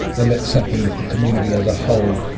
then that's something that the community as a whole,